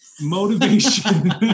motivation